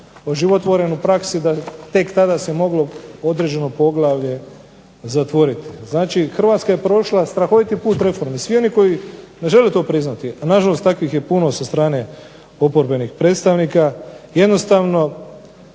oživotvoren u praksi da je tek tada se moglo određeno poglavlje zatvoriti. Znači, Hrvatska je prošla strahoviti put reformi. Svi oni koji ne žele to priznati a nažalost takvih je puno sa strane oporbenih predstavnika, jednostavno